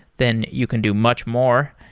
then you can do much more.